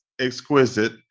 exquisite